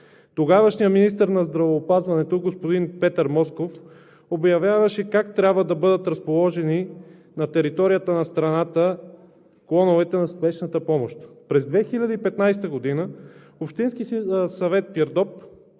Тогавашният министър на здравеопазването господин Петър Москов обявяваше как трябва да бъдат разположени на територията на страната клоновете на спешната помощ. През 2015 г. Общински съвет – Пирдоп,